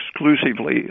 exclusively